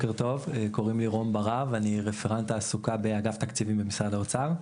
אני רפרנט תעסוקה באגף תקציבים במשרד האוצר.